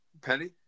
Penny